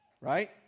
right